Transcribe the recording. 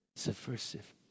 subversive